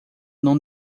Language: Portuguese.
não